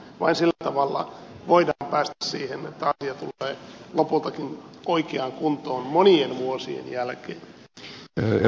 vain sillä tavalla voidaan päästä siihen että asia tulee lopultakin oikeaan kuntoon monien vuosien jälkeen